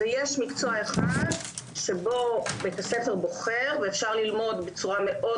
יש מקצוע אחד שבו בית הספר בוחר ואפשר ללמוד בצורה מאוד